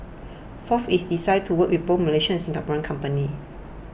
fourth its desire to work with both Malaysian and Singaporean companies